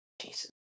Jesus